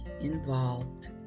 involved